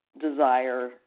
desire